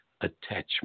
attachment